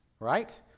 right